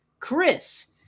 Chris